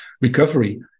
recovery